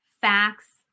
facts